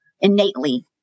innately